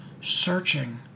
searching